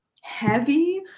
heavy